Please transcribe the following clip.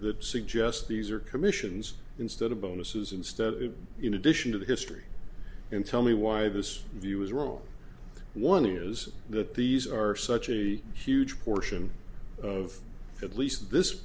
that suggest these are commissions instead of bonuses instead in addition to the history and tell me why this view was wrong one news that these are such a huge portion of at least this